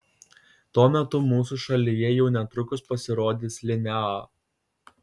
tuo metu mūsų šalyje jau netrukus pasirodys linea